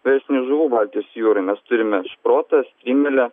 verslinių žuvų baltijos jūroj mes turime šprotą strimelę